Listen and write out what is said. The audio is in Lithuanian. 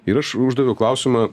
ir aš uždaviau klausimą